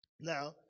Now